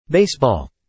Baseball